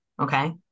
okay